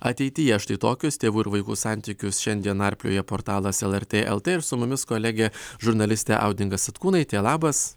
ateityje štai tokius tėvų ir vaikų santykius šiandien narplioja portalas lrt lt ir su mumis kolegė žurnalistė audinga satkūnaitė labas